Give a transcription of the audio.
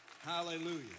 Hallelujah